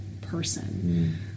person